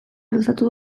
luzatu